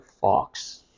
Fox